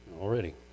already